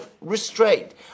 restraint